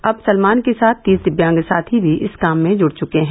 अब सलमान के साथ तीस दिव्यांग साथी भी इस काम से जुड़ चुके हैं